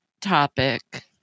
topic